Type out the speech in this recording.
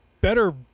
better